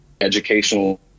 educational